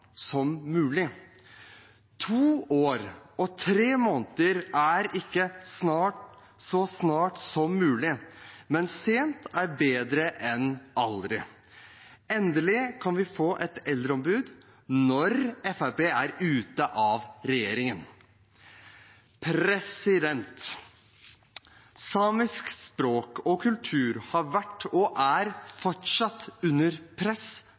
som mulig», men sent er bedre enn aldri. Endelig kan vi få et eldreombud når Fremskrittspartiet er ute av regjeringen. Samisk språk og kultur har vært og er fortsatt under press